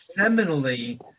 seminally